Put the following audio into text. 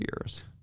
years